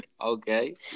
Okay